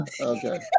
Okay